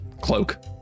cloak